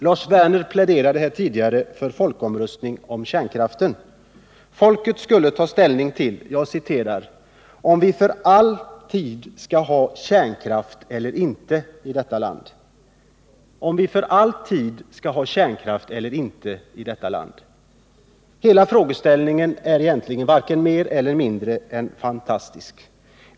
Lars Werner pläderade tidigare för folkomröstning om kärnkraften. Folket skulle ta ställning till - som han sade —- om vi för all tid skall ha kärnkraft eller inte. Hela frågeställningen — om vi för all tid skall ha kärnkraft eller inte — är egentligen helt fantastisk.